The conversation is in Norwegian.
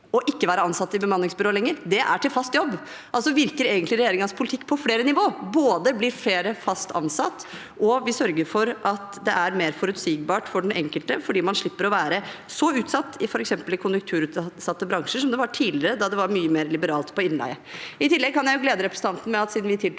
ikke å være ansatt i bemanningsbyrå lenger, er til fast jobb. Altså virker egentlig regjeringens politikk på flere nivå. Både er det slik at flere blir fast ansatt, og vi sørger for at det er mer forutsigbart for den enkelte, fordi man slipper å være så utsatt i f.eks. konjunkturutsatte bransjer som man var tidligere, da det var mye mer liberalt når det gjelder innleie. I tillegg kan jeg glede representanten med at siden vi tiltrådte,